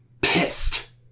Pissed